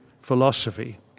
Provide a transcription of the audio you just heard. philosophy